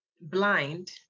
blind